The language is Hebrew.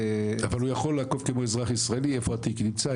אבל הוא יכול לעקוב כמו כל אזרח ישראלי איפה התיק נמצא,